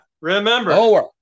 Remember